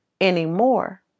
anymore